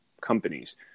companies